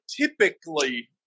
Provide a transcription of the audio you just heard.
typically